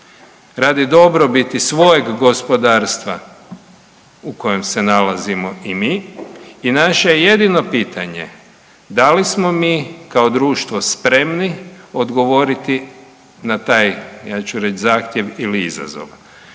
radi dobrobiti svojeg gospodarstva u kojem se nalazimo i mi i naše jedino pitanje da li smo mi kao društvo spremni odgovoriti na taj, ja ću reći zahtjev ili izazov.